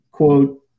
Quote